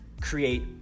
create